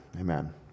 amen